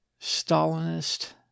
Stalinist